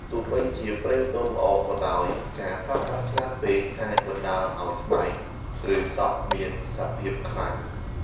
ទោះបីជាប្រេងដូងល្អក៏ដោយ ការប្រើប្រាស់ច្រើនពេកអាចបណ្ដាលឱ្យស្បែក ឬសក់មានសភាព ខ្លាញ់។